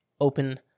open